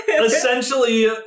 Essentially